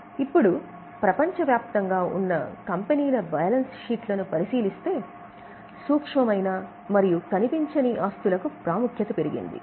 ఇప్పుడు ప్రపంచవ్యాప్తంగా ఉన్న కంపెనీల బ్యాలెన్స్ షీట్లను పరిశీలిస్తే సూక్ష్మమైన మరియు కనిపించని ఆస్తులకు ప్రాముఖ్యత పెరిగింది